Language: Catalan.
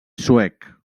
suec